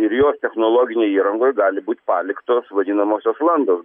ir jos technologinėj įrangoj gali būt paliktos vadinamosios landos